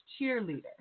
cheerleader